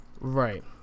Right